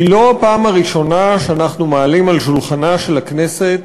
היא לא הפעם הראשונה שאנחנו מעלים על שולחנה של הכנסת